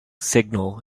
signal